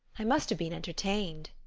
i must have been entertained.